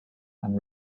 and